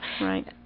right